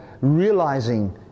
realizing